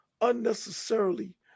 unnecessarily